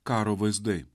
karo vaizdai